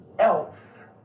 else